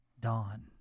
Dawn